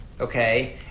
Okay